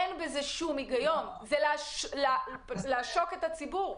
אין בזה שום היגיון, זה פשוט לעשוק את הציבור.